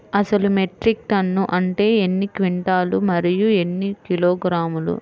అసలు metric tonne అంటే ఎన్ని క్వింటాలు మరియు ఎన్ని కిలోగ్రాములు?